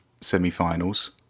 semi-finals